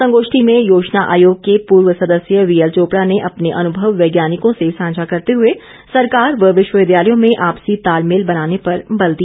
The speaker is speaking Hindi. संगोष्ठी में योजना आयोग के पूर्व सदस्य वीएलचोपड़ा ने अपने अनुभव वैज्ञानिकों से साझा करते हुए सरकार व विश्वविद्यालयों में आपसी तालमेल बनाने पर बल दिया